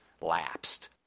lapsed